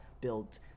built